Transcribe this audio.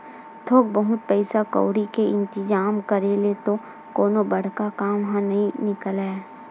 थोक बहुत पइसा कउड़ी के इंतिजाम करे ले तो कोनो बड़का काम ह नइ निकलय